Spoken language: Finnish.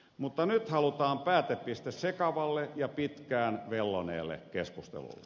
mutta nyt halutaan päätepiste sekavalle ja pitkään velloneelle keskustelulle